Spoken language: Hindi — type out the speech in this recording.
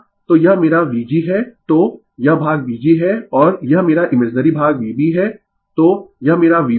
तो यह मेरा V g है तो यह भाग V g है और यह मेरा इमेजिनरी भाग Vb है तो यह मेरा Vb है